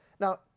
Now